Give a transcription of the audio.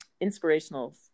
inspirational